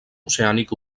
oceànic